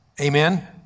Amen